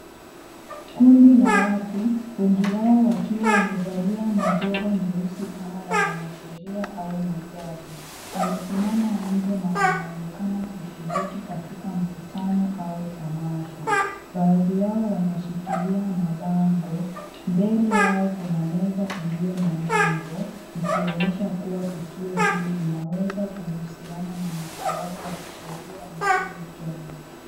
Kundi la watu , wengi wao wakiwa wamevalia majoho meusi kama ya wanasheria au majaji . Wamesimama nje na wanaonekana kushiriki katika mkutano au tamasha . Baadhi yao wanashikilia mabango . Mbele yao kuna meza iliyo na nembo ikionyesha kuwa tukio hili linaweza kuhusiana na maswala ya kisheria nchini Kenya.